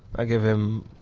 i give him,